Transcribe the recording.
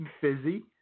fizzy